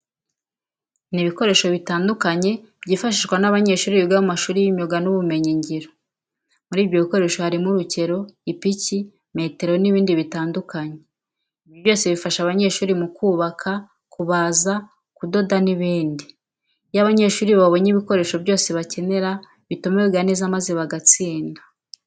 Ni ibikoresho bitandukanye byifashishwa n'abanyeshuri biga mu mashuri y'imyiga n'ubumenyingiro. Muri ibyo bikoresho harimo urukero, ipiki, metero n'ibindi bitandukanye. Ibyo byose bikaba byifashishwa mu kubaka, kubaza, kudoda n'ibindi. Iyo abanyeshuri babanye ibikoresho byose bakenera bituma biga neza maze bagatsinda.